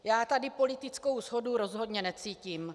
Já tady politickou shodu rozhodně necítím.